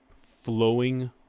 flowing